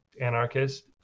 anarchist